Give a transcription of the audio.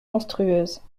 monstrueuse